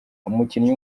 umukinnyi